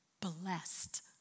blessed